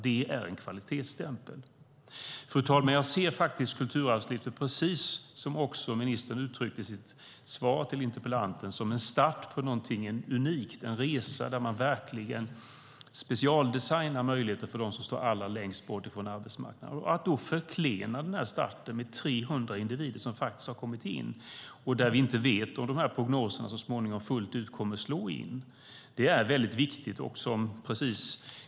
Det är en kvalitetsstämpel. Fru talman! Jag ser Kulturarvslyftet, precis som ministern uttryckte det i sitt svar till interpellanten, som en start på något unikt, en resa med specialdesignade möjligheter för dem som står allra längst bort från arbetsmarknaden. Man ska inte förklena starten med 300 individer som faktiskt har kommit in och där vi inte vet om prognoserna så småningom kommer att fullt ut slå in.